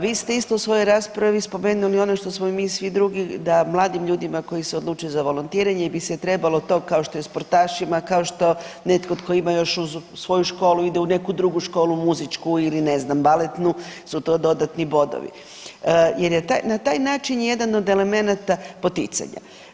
Vi ste isto u svojoj raspravi spomenuli ono što smo i mi svi drugi da mladim ljudima koji se odluče za volontiranje bi se trebalo to kao što i sportašima kao što netko tko ima još uz svoju školu ide u neku drugu školu muzičku ili ne znam baletnu su to dodatni bodovi jer je na taj način jedan od elemenata poticanja.